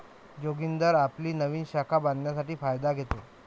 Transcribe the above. जोगिंदर आपली नवीन शाखा बांधण्यासाठी फायदा घेतो